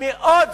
מאוד ספציפית,